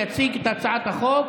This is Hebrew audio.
יציג את הצעת החוק